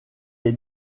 est